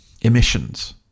emissions